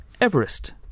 Everest